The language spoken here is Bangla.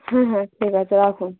হ্যাঁ হ্যাঁ ঠিক আছে রাখুন